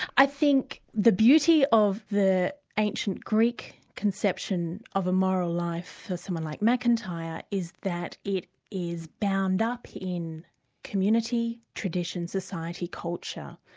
i think the beauty of the ancient ancient greek conception of a moral life for someone like macintyre is that it is bound up in community, tradition, society, culture.